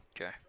Okay